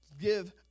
give